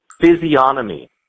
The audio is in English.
physiognomy